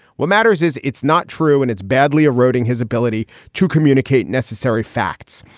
what matters is it's not true, and it's badly eroding his ability to communicate necessary facts.